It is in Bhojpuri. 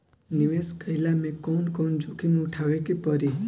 निवेस कईला मे कउन कउन जोखिम उठावे के परि?